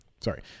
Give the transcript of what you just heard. sorry